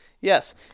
Yes